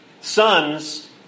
sons